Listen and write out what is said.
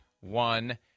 one